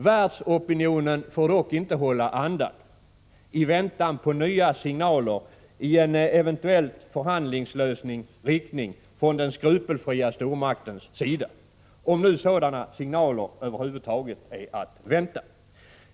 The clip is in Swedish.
Världsopinionen får dock inte hålla andan i väntan på nya signaler i en eventuell förhandlingslösnings riktning från den skrupelfria stormaktens sida - om nu sådana signaler över huvud taget är att vänta.